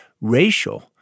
racial